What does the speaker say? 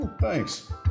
Thanks